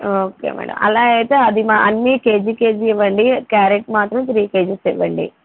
okay madam అలా అయితే అది మా అన్నీ కేజీ కేజీ ఇవ్వండి క్యారెట్ మాత్రం త్రీ కేజీస్ ఇవ్వండి